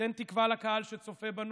ניתן תקווה לקהל שצופה בנו,